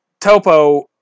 Topo